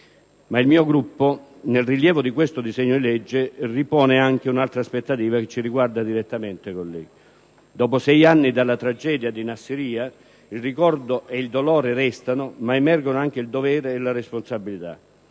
Ma il mio Gruppo, nel rilievo di questo disegno di legge, ripone anche un'altra aspettativa che ci riguarda direttamente, colleghi. Dopo sei anni dalla tragedia di Nassiriya il ricordo e il dolore restano, ma emergono anche il dovere e la responsabilità.